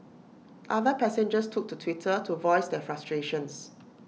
other passengers took to Twitter to voice their frustrations